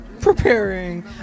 Preparing